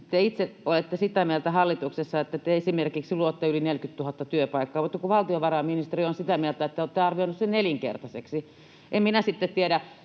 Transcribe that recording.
te itse olette sitä mieltä hallituksessa, että te esimerkiksi luotte yli 40 000 työpaikkaa, mutta valtiovarainministeriö on sitä mieltä, että te olette arvioineet sen nelinkertaiseksi. En minä sitten tiedä,